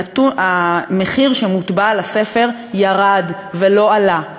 המחיר שמוטבע על הספר ירד ולא עלה.